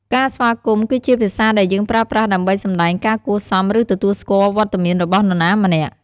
ការស្វាគមន៍ គឺជាភាសាដែលយើងប្រើប្រាស់ដើម្បីសម្ដែងការគួរសម ឬ ទទួលស្គាល់វត្តមានរបស់នរណាម្នាក់។